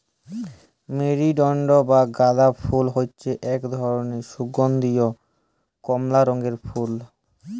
marigold বা গাঁদা ফুল হচ্যে এক ধরলের সুগন্ধীয় কমলা রঙের ফুল